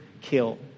kill